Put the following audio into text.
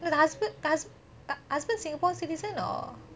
no the husb~ the husband singapore citizen or